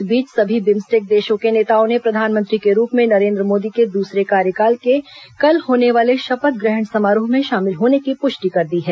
इस बीच सभी बिम्सटेक देशों के नेताओं ने प्रधानमंत्री के रूप में नरेंद्र मोदी के दूसरे कार्यकाल के कल होने वाले शपथ ग्रहण समारोह में शामिल होने की पुष्टि कर दी है